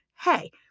hey